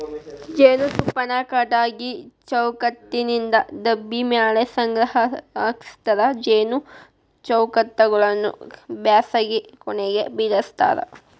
ಜೇನುತುಪ್ಪಾನ ಕಟಗಿ ಚೌಕಟ್ಟನಿಂತ ಡಬ್ಬಿ ಮ್ಯಾಲೆ ಸಂಗ್ರಹಸ್ತಾರ ಜೇನು ಚೌಕಟ್ಟಗಳನ್ನ ಬ್ಯಾಸಗಿ ಕೊನೆಗ ಬಿಡಸ್ತಾರ